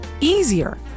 easier